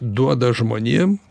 duoda žmonėm